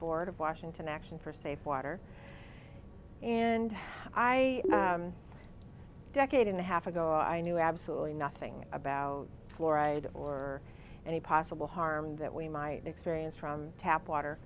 board of washington action for safe water and i decade and a half ago i knew absolutely nothing about fluoride or any possible harm that we might experience from tap